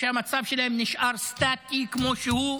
שהמצב שלהן נשאר סטטי כמו שהוא,